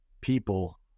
people